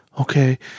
okay